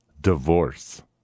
Divorce